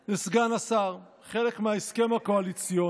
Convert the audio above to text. לסגן השר כחלק מההסכם הקואליציוני.